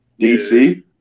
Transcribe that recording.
DC